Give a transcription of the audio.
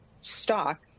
stock